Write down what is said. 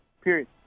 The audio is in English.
Period